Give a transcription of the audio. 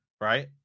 right